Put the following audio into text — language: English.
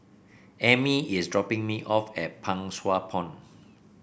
Emmie is dropping me off at Pang Sua Pond